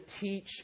teach